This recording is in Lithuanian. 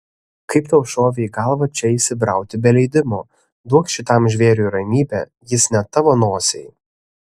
kaip tau šovė į galvą čia įsibrauti be leidimo duok šitam žvėriui ramybę jis ne tavo nosiai